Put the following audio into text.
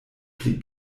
pli